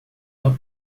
uma